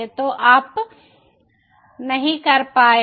तो आप नहीं कर पाएंगे